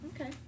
Okay